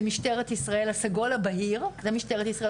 משטרת ישראל (הסגול הבהיר) זה משטרת ישראל,